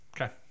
Okay